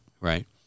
Right